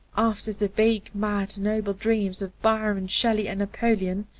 after the vague, mad, noble dreams of byron, shelley and napoleon,